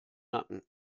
nacken